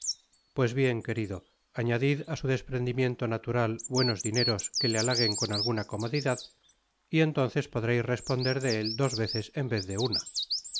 pues bien querido añadid á su desprendimiento natural buenos dineros que le halaguen con alguna comodidad y entonces podreis responder de él dos veces en vez de una